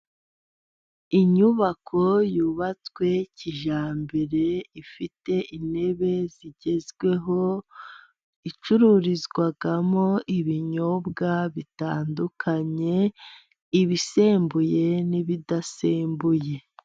Inyubako yubatswe kijyambere ifite intebe zigezweho, icururizwamo ibinyobwa bitandukanye, ibisembuye n'ibidasembuye.